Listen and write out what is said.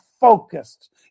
focused